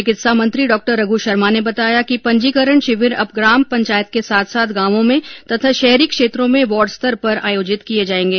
चिकित्सा मंत्री डॉ रघ् शर्मा ने बताया कि पंजीकरण शिविर अब ग्राम पंचायत के साथ साथ गांवो में तथा शहरी क्षेत्रो में वार्ड स्तर पर आयोजित किये जायेंगे